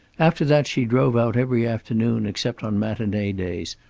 after that she drove out every afternoon except on matinee days,